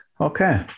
Okay